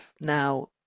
now